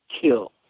kill